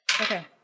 Okay